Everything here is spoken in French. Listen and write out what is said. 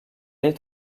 est